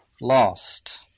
lost